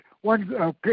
One